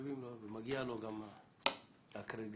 מגיע גם לו קרדיט.